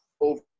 over